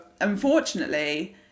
unfortunately